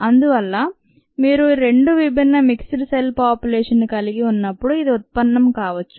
అందువల్ల మీరు 2 విభిన్న మిక్సెడ్ సెల్ పోపులేషన్ ను కలిగి ఉన్నప్పుడు ఇది ఉత్పన్నం కావొచ్చు